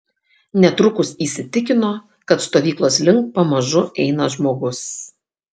netrukus įsitikino kad stovyklos link pamažu eina žmogus